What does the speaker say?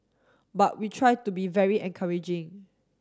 but we try to be very encouraging